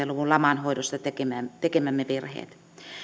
luvun laman hoidossa tekemämme virheet